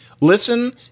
listen